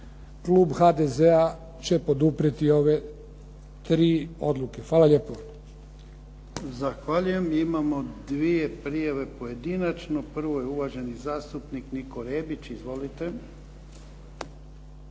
klub HDZ-a će poduprijeti ove tri odluke. Hvala lijepo. **Jarnjak, Ivan (HDZ)** Zahvaljujem. Imamo dvije prijave pojedinačno. Prvo je uvaženi zastupnik Niko Rebić. Izvolite.